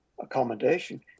accommodation